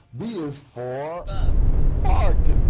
is for bug